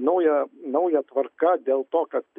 nauja nauja tvarka dėl to kad